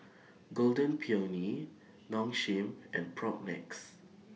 Golden Peony Nong Shim and Propnex